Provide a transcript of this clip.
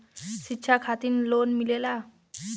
शिक्षा खातिन लोन मिलेला?